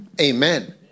Amen